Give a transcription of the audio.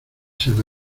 san